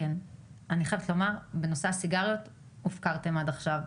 אני חייבת לומר שבנושא הסיגריות הופקרתם עד עכשיו.